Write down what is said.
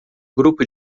grupo